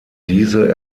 diese